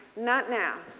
not now.